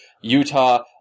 Utah